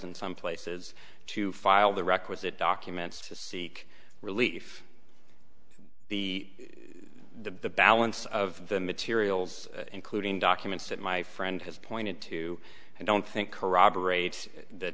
and some places to file the requisite documents to seek relief the balance of the materials including documents that my friend has pointed to i don't think corroborates th